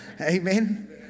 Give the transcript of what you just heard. Amen